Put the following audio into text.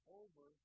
over